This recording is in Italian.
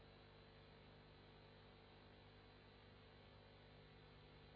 Grazie